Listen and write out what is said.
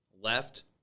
left